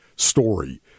Story